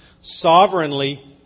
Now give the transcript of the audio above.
sovereignly